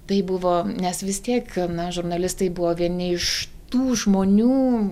tai buvo nes vis tiek na žurnalistai buvo vieni iš tų žmonių